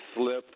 slip